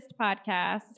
podcast